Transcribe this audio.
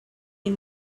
you